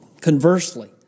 Conversely